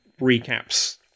recaps